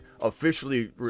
officially